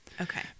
Okay